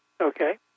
Okay